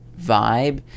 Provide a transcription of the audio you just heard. vibe